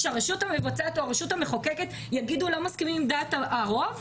שהרשות המבצעת או הרשות המחוקקת יגידו: לא מסכימים עם דעת הרוב?